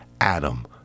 Adam